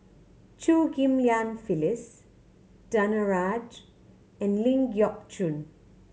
Chew Ghim Lian Phyllis Danaraj and Ling Geok Choon